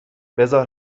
بزار